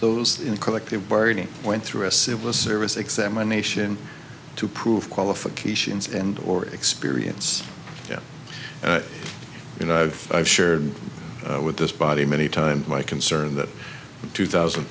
those in collective bargaining went through a civil service examination to prove qualifications and or experience you know i've i've shared with this body many times my concern that two thousand